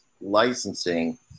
licensing